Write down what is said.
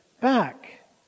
back